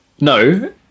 No